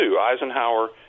Eisenhower